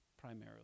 primarily